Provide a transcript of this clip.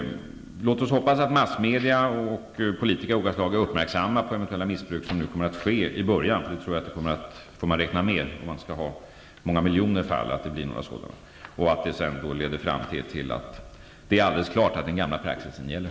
Låt oss hoppas att massmedia och politiker av olika slag är uppmärksamma på eventuellt missbruk som kommer att ske i början -- med många miljoner fall får man räkna med att det sker -- och att det leder fram till att det är alldeles klart att den gamla praxisen gäller.